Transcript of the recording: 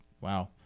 wow